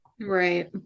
Right